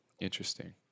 Interesting